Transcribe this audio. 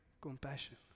compassion